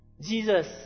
Jesus